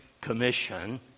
commission